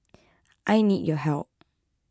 I need your help